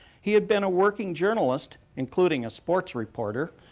he had been a working journalist, including a sports reporter,